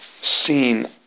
seen